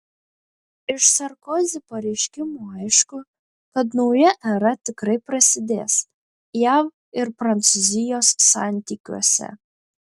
iš sarkozi pareiškimų aišku kad nauja era tikrai prasidės jav ir prancūzijos santykiuose